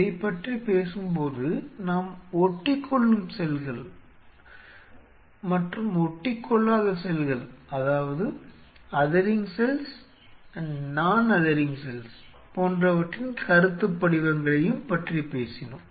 இதைப் பற்றி பேசும் போது நாம் ஒட்டிக்கொள்ளும் செல்கள் மற்றும் ஒட்டிக்கொள்ளாத செல்களின் கருத்துப்படிவங்களைப் பற்றியும் பேசினோம்